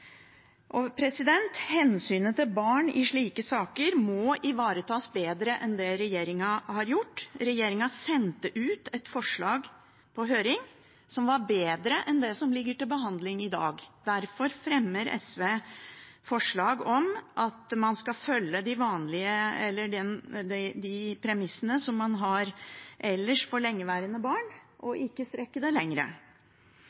Hensynet til barn i slike saker må ivaretas bedre enn det regjeringen har gjort. Regjeringen sendte ut et forslag på høring som var bedre enn det som ligger til behandling i dag. Derfor fremmer SV forslag om at man skal følge de premissene som man ellers har for lengeværende barn, og